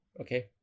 okay